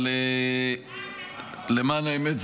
אבל למען האמת,